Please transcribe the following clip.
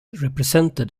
represented